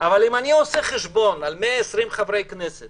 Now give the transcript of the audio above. אבל אם אני עושה חשבון על 120 חברי כנסת